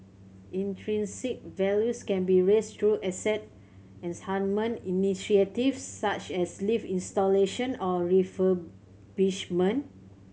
intrinsic values can be raised through asset initiatives such as lift installation or refurbishment